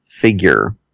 figure